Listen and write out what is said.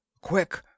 Quick